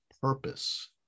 purpose